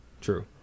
true